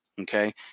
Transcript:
Okay